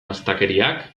astakeriak